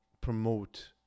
promote